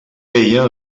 ella